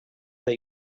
that